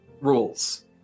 rules